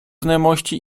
znajomości